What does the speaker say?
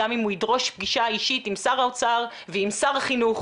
גם אם הוא ידרוש פגישה אישית עם שר האוצר ועם שר החינוך,